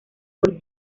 por